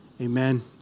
Amen